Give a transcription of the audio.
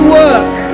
work